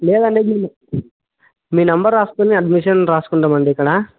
లేదండి మీ మీ నంబర్ రాసుకుని అడ్మిషన్ రాసుకుంటాం అండి ఇక్కడ